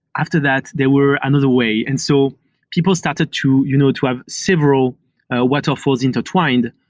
after that, they were another way. and so people started to you know to have several waterfalls intertwined,